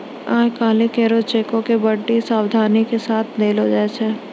आइ काल्हि कोरा चेको के बड्डी सावधानी के साथे देलो जाय छै